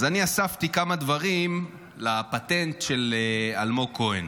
אז אני אספתי כמה דברים לפטנט של אלמוג כהן,